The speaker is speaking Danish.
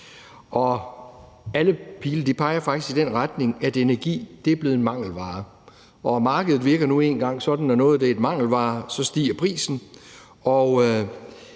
Alle pile peger faktisk i retning af, at energi er blevet en mangelvare, og markedet virker nu engang sådan, at når noget er en mangelvare, stiger prisen.